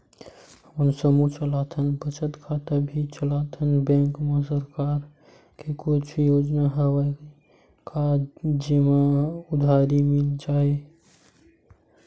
हमन समूह चलाथन बचत खाता भी चलाथन बैंक मा सरकार के कुछ योजना हवय का जेमा उधारी मिल जाय?